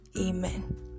Amen